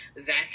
zach